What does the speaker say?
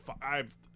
five